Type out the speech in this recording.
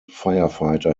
firefighter